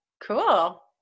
cool